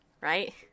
right